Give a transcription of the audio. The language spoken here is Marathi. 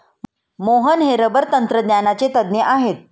मोहन हे रबर तंत्रज्ञानाचे तज्ज्ञ आहेत